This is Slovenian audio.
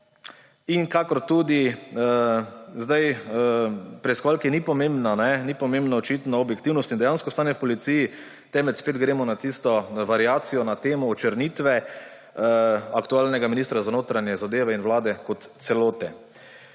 In kakor tudi sedaj preiskovalki ni pomembna, očitno, objektivnost in dejansko stanje v policiji, temveč spet gremo na tisto variacijo na temo očrnitve aktualnega ministra za notranje zadeve in vlade kot celote.